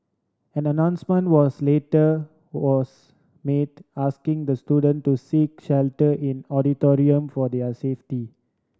an announcement was later was made asking the student to seek shelter in auditorium for their safety